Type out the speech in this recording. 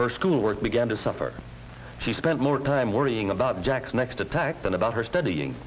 her school work began to suffer she spent more time worrying about jack's next attack than about her studying